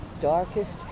darkest